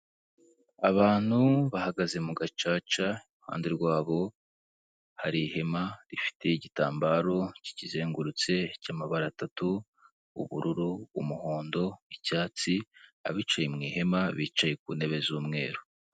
Abantu bahagaze mu gacaca iruhande rwabo hari ihema rifite igitambaro ki kizengurutse cy'amabara atatu ubururu, umuhondo, icyatsi abicaye mu ihema bicaye ku ntebe z'umweru.